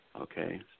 Okay